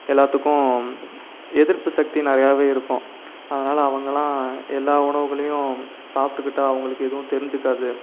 எல்லாத்துக்கும் எதிர்ப்புசக்தி நிறையாவே இருக்கும் அதனால அவங்கலாம் எல்லா உணவுகளையும் சாப்பிட்டுக்கிட்டா அவங்களுக்கு எதுவும் தெரிஞ்சுக்காது